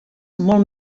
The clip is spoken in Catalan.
molt